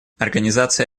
организация